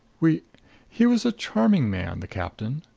we he was a charming man, the captain